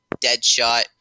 Deadshot